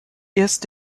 erst